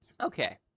Okay